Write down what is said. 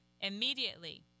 Immediately